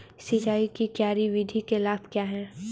सिंचाई की क्यारी विधि के लाभ क्या हैं?